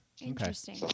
Interesting